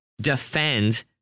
defend